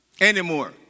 anymore